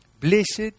blessed